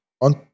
on